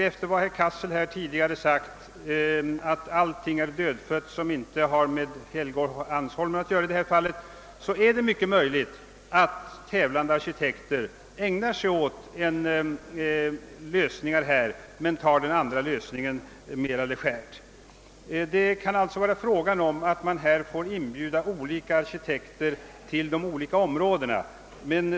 Eftersom herr Cassel nyss har förklarat att i detta fall allting är dödfött som inte har med Helgeandsholmen att göra, är det mycket möjligt att tävlande arkitekter koncentrerar sig på lösningar här och tar de andra alternativen mera legärt. Det kan därför böra övervägas att inbjuda olika arkitekter att tävla om ett riksdagshus på de olika områdena.